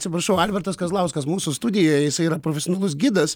atsiprašau albertas kazlauskas mūsų studijoje jisai yra profesionalus gidas